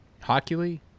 Hockey